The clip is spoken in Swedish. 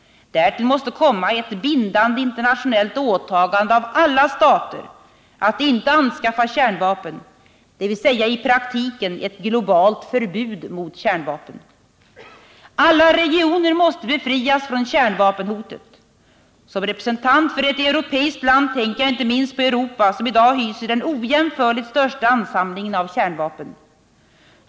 Därtill måste komma ett bindande internationellt åtagande av alla stater att inte anskaffa kärnvapen, dvs. i praktiken ett globalt förbud mot kärnvapen. Alla regioner måste befrias från kärnvapenhotet. Som representant för ett europeiskt land tänker jag inte minst på Europa som i dag hyser den ojämförligt största ansamlingen av kärnvapen.